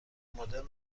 مدرن